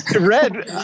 Red